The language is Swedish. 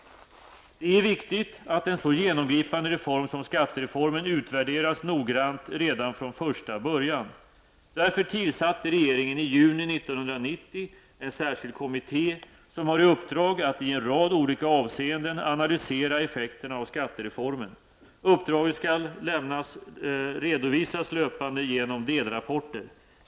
Det är viktigt att en så genomgripande reform som skattereformen utvärderas noggrant redan från första början. Därför tillsatte regeringen i juni 1990 en särskild kommitté med uppdrag att i en rad olika avseenden analysera effekterna av skattereformen. Uppdraget skall redovisas löpande genom delrapporter.